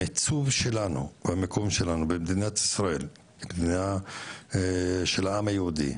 המיצוב שלנו והמיקום שלנו במדינת ישראל של העם היהודי,